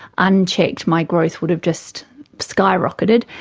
unchecked, my growth would have just skyrocketed.